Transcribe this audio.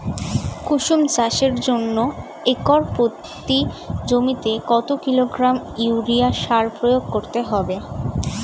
কুসুম চাষের জন্য একর প্রতি জমিতে কত কিলোগ্রাম ইউরিয়া সার প্রয়োগ করতে হবে?